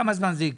כמה זמן זה ייקח?